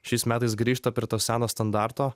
šiais metais grįžta prie to seno standarto